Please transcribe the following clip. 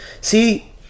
See